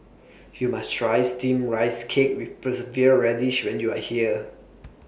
YOU must Try Steamed Rice Cake with persevere Radish when YOU Are here